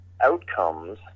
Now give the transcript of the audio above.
outcomes